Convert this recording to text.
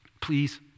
Please